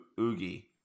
Oogie